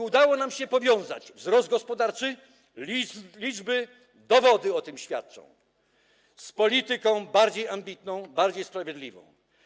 Udało nam się powiązać wzrost gospodarczy, liczby, dowody o tym świadczą, z polityką bardziej ambitną, bardziej sprawiedliwą.